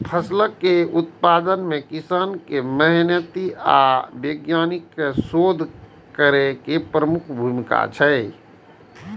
फसलक रिकॉर्ड उत्पादन मे किसानक मेहनति आ वैज्ञानिकक शोध केर प्रमुख भूमिका छै